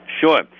Sure